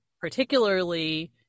particularly